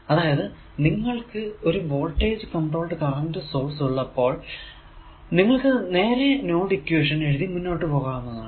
അതായതു നിങ്ങൾക്കു ഒരു വോൾടേജ് കോൺട്രോൾഡ് കറന്റ് സോഴ്സ് ഉള്ളപ്പോൾ നിങ്ങൾക്കു നേരെ നോഡ് ഇക്വേഷൻ എഴുതി മുന്നോട്ടു പോകാനാകുന്നതാണ്